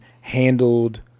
handled